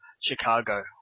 Chicago